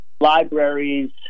libraries